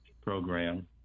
program